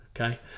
Okay